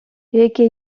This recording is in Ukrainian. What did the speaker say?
яке